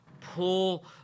pull